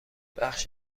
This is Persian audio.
بخش